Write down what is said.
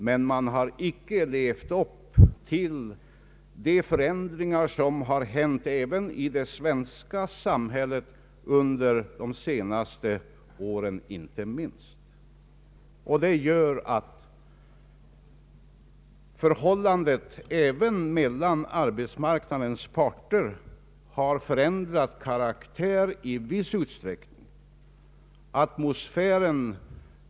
Men man har inte levt upp till de förändringar som inträffat även i det svenska samhället, inte minst under de senaste åren. Detta gör att förhållandet även mellan arbetsmarknadens parter har förändrat karaktär i viss utsträckning.